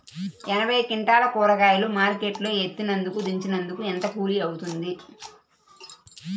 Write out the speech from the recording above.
యాభై క్వింటాలు కూరగాయలు మార్కెట్ లో ఎత్తినందుకు, దించినందుకు ఏంత కూలి అవుతుంది?